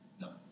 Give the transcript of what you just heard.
No